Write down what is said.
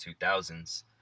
2000s